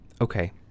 Okay